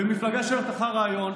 ומפלגה שהולכת אחר רעיון,